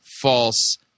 false